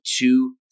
two